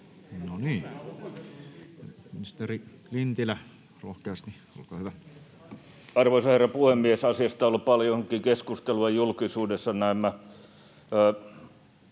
Arvoisa herra puhemies! Asiasta on ollut paljonkin keskustelua julkisuudessa näemmä.